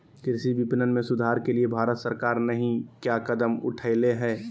कृषि विपणन में सुधार के लिए भारत सरकार नहीं क्या कदम उठैले हैय?